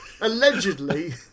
allegedly